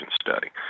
study